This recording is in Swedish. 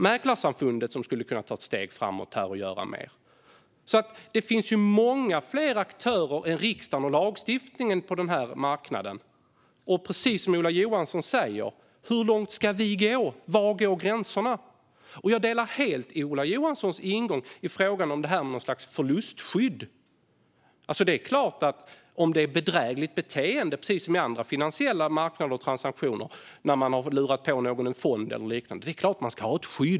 Mäklarsamfundet skulle här kunna ta ett steg framåt och göra mer. Det finns många fler aktörer än riksdagen och lagstiftningen på den här marknaden. Det är precis som Ola Johansson säger: Hur långt ska vi gå? Var går gränserna? Jag delar helt Ola Johanssons ingång i frågan om något slags förlustskydd. Det är klart att man ska ha ett skydd om det är bedrägligt beteende, precis som i andra finansiella marknader och transaktioner, när man har lurat på någon en fond eller liknande.